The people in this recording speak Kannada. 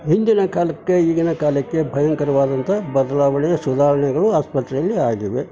ಹಿಂದಿನ ಕಾಲಕ್ಕೆ ಈಗಿನ ಕಾಲಕ್ಕೆ ಭಯಂಕರವಾದಂಥ ಬದಲಾವಣೆಯ ಸುಧಾರಣೆಗಳು ಆಸ್ಪತ್ರೆಯಲ್ಲಿ ಆಗಿವೆ